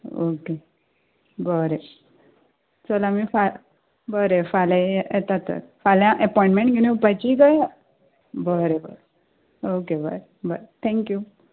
okay बरें चल आमी फाल्यां बरें फाल्यां येता तर फाल्यां एपोयंटमेंट घेवन येवपाची काय बरें बरें ओके बरें बरें थँक्यू